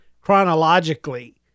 chronologically